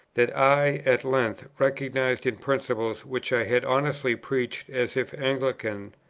that i at length recognized in principles which i had honestly preached as if anglican,